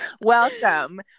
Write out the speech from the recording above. Welcome